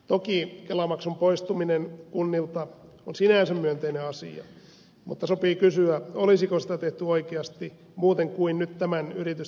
toki kelamaksun poistuminen kunnilta on sinänsä myönteinen asia mutta sopii kysyä olisiko sitä tehty oikeasti muuten kuin nyt tällaisena yritysten kelamaksun poistojäännöseränä